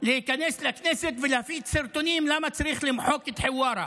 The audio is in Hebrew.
להיכנס לכנסת ומפיץ סרטונים למה צריך למחוק את חווארה.